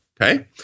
okay